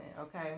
okay